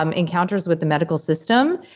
um encounters with the medical system,